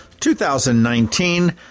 2019